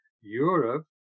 europe